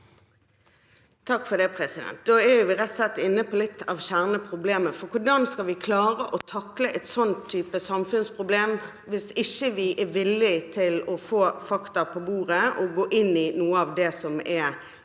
(FrP) Da er vi rett og slett inne på litt av kjerneproblemet, for hvordan skal vi klare å takle en sånn type samfunnsproblem hvis vi ikke er villige til å få fakta på bordet og gå inn i noe av det som er utfordringene?